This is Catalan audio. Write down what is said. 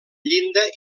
llinda